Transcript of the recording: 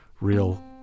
real